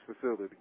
facility